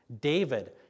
David